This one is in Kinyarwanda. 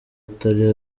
atari